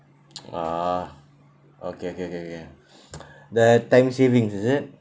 ah okay okay okay okay the time savings is it